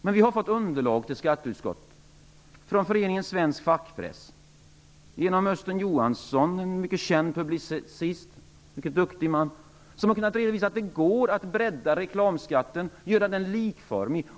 Men skatteutskottet har fått underlag från Föreningen Svensk fackpress genom Östen Johansson, en mycket känd publicist och en mycket duktig man, som har kunnat redovisa att det går att bredda reklamskatten och göra den likformig.